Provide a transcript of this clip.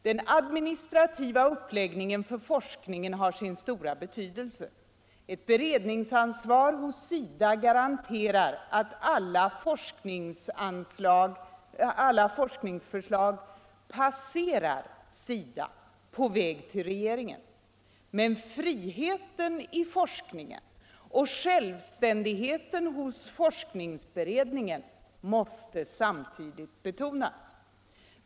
Den administrativa organisationen för forskningen har sin stora betydelse. Ett beredningsansvar hos SIDA garanterar att alla forskningsförslag passerar SIDA på väg till regeringen, men friheten i forskningen och självständigheten hos forskningsberedningen måste betonas.